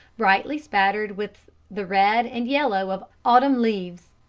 brightly spattered with the red and yellow of autumnal leaves.